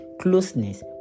Closeness